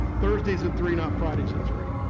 thursdays at three not fridays at three.